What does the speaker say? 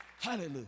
Hallelujah